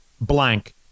blank